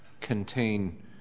contain